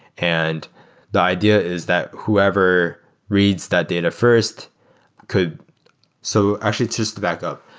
and the idea is that whoever reads that data first could so actually, just to backup.